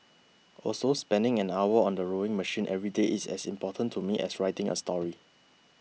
also spending an hour on the rowing machine every day is as important to me as writing a story